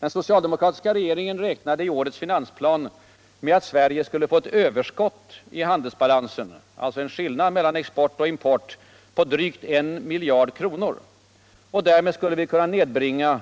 Den socialdemokratiska regeringen räknade i årets finansplan med att Sverige skulle få ett överskott i handelsbalansen — alltså en skillnad mellan export och import — på drygt I miljard kronor. Därmed skulle vi kunna nedbringa